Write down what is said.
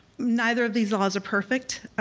neither of these laws are perfect,